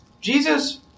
Jesus